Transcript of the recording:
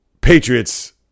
Patriots